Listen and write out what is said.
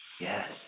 Yes